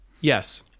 Yes